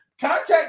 Contact